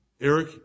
Eric